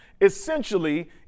essentially